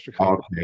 okay